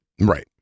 Right